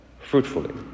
fruitfully